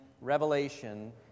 Revelation